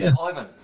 ivan